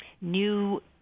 new